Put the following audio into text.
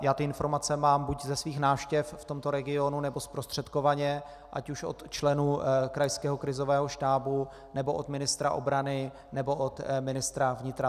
Já informace mám buď ze svých návštěv v tomto regionu, nebo zprostředkovaně, ať už od členů krajského krizového štábu, nebo od ministra obrany, nebo od ministra vnitra.